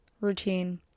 routine